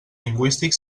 lingüístic